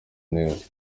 neza